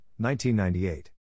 1998